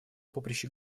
поприще